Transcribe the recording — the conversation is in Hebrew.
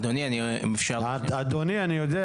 אני יכול להראות